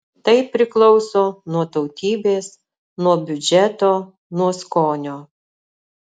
tai priklauso nuo tautybės nuo biudžeto nuo skonio